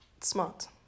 smart